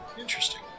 Interesting